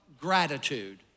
gratitude